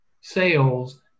sales